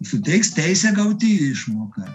suteiks teisę gauti išmoką